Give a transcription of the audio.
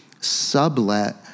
sublet